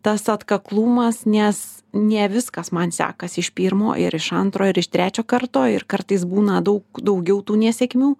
tas atkaklumas nes ne viskas man sekasi iš pirmo ir iš antro ir iš trečio karto ir kartais būna daug daugiau tų nesėkmių